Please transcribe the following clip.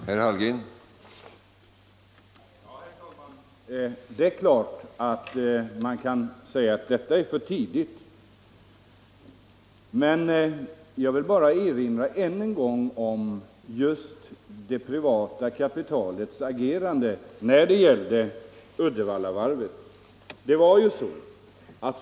Herr talman! Det är klart att man kan säga att det är för tidigt att ge ett besked. Jag vill bara än en gång erinra om just det privata kapitalets agerande när det gällde Uddevallavarvet.